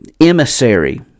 emissary